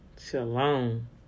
Shalom